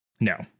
no